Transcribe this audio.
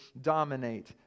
dominate